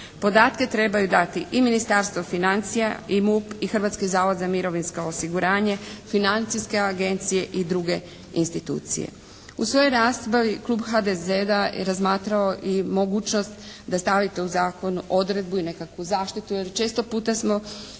Podatke trebaju dati i Ministarstvo financija i MUP i Hrvatski zavod za mirovinsko osiguranje, financijske agencije i druge institucije. U svojoj raspravi Klub HDZ-a je razmatrao i mogućnost da stavite u zakon odredbu i nekakvu zaštitu jer često puta smo svjedoci